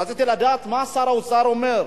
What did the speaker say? רציתי לדעת מה שר האוצר אומר.